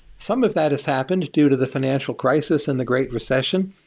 some of that has happened due to the financial crisis and the great recession.